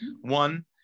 one